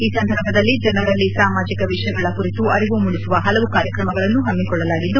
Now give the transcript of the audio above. ಈ ಸಂದರ್ಭದಲ್ಲಿ ಜನರಲ್ಲಿ ಸಾಮಾಜಿಕ ವಿಷಯಗಳ ಕುರಿತು ಅರಿವು ಮೂಡಿಸುವ ಹಲವು ಕಾರ್ಯಕ್ರಮಗಳನ್ನು ಹಮ್ಸಿಕೊಳ್ಳಲಾಗಿದೆ